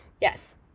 yes